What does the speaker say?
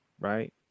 right